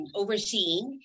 overseeing